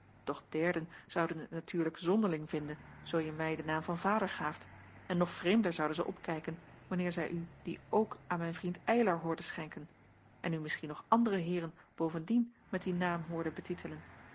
doch derden zouden het natuurlijk zonderling vinden zoo je mij den naam van vader gaaft en nog vreemder zouden zij opkijken wanneer zij u dien ook aan mijn vriend eylar hoorden schenken en u misschien nog andere heeren bovendien met dien naam hoorden betitelen